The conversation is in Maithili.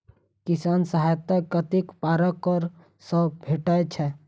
किसान सहायता कतेक पारकर सऽ भेटय छै?